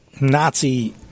Nazi